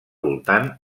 voltant